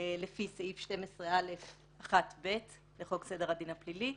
לפי סעיף 12(א)(1)(ב) לחוק סדר הדין הפלילי,